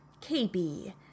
KB